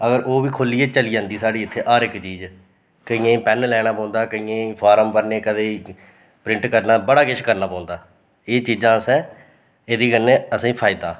अगर ओह् बी खोलियै चली जंदी साढ़ी इत्थें हर इक चीज़ केइयें पेन लैना पौंदा केइयें फार्म भरने केइयें प्रिंट करना बड़ा किश करना पौंदा एह् चीज़ां असें एह्दे कन्नै असें फायदा